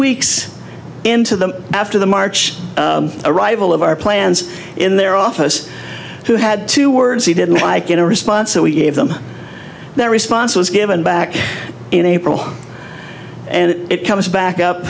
weeks into them after the march arrival of our plans in their office who had two words he didn't like in response so he gave them that response was given back in april and it comes back up